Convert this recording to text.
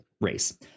race